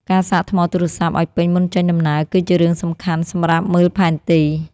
ការសាកថ្មទូរស័ព្ទឱ្យពេញមុនចេញដំណើរ គឺជារឿងសំខាន់សម្រាប់មើលផែនទី។